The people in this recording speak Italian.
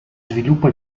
sviluppo